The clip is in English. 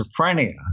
schizophrenia